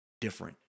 different